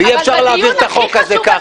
ואי אפשר להעביר את החוק הזה ככה.